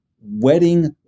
wedding